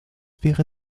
wäre